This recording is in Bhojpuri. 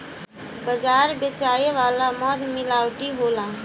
बाजार बेचाए वाला मध मिलावटी होला